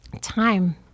time